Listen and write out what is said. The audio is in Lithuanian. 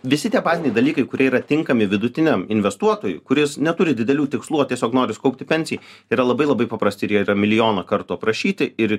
visi tie baziniai dalykai kurie yra tinkami vidutiniam investuotojui kuris neturi didelių tikslų va tiesiog nori sukaupti pensijai yra labai labai paprasti ir jie yra milijoną kartų aprašyti ir